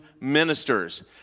ministers